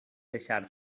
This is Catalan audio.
deixar